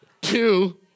Two